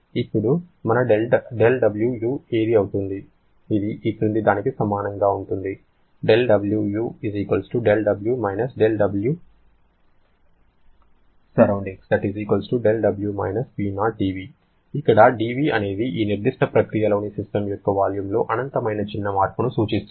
ఇప్పుడు మన δWu ఏది అవుతుంది అది ఈ క్రింది దానికి సమానంగా ఉంటుంది δWu δW - δWsurr δW - P0dV ఇక్కడ dV అనేది ఈ నిర్దిష్ట ప్రక్రియలోని సిస్టమ్ యొక్క వాల్యూమ్లో అనంతమైన చిన్న మార్పును సూచిస్తుంది